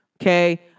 Okay